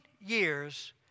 years